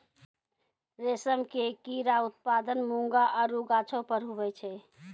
रेशम के कीड़ा उत्पादन मूंगा आरु गाछौ पर हुवै छै